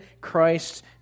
Christ